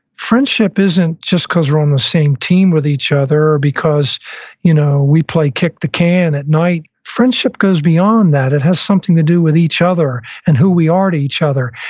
friendship isn't just because we're on the same team with each other or because you know we play kick the can at night. friendship goes beyond that. it has something to do with each other and who we are to each other.